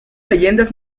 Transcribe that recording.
leyendas